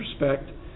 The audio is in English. respect